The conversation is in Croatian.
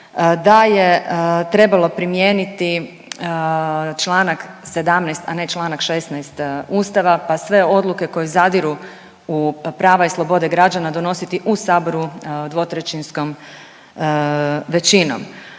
da je trebali promjenjivati čl. 17, a ne čl. 16 Ustava pa sve odluke koje zadiru u prava i slobode građana donositi dvotrećinskom većinom.